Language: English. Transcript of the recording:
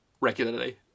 Regularly